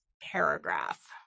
paragraph